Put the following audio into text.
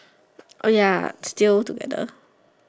orh ya still together